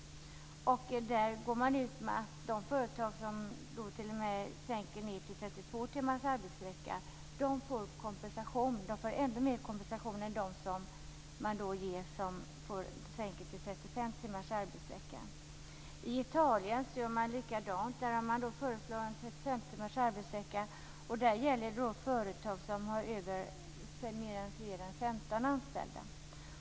De företag som t.o.m. sänker arbetstiden till 32 timmar i veckan får ännu större kompensation än de som sänker till 35 timmars arbetsvecka. I Italien gör man likadant. Där har man föreslagit 35 timmars arbetsvecka, och där gäller det företag med fler än 15 anställda.